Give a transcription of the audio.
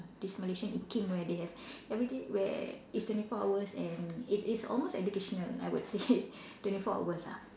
this Malaysian where they have everyday where it's twenty four hours and it's it's almost educational I would say twenty four hours ah